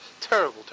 terrible